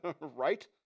right